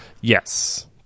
Yes